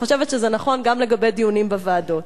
ואני חושבת שזה נכון גם לגבי דיונים בוועדות: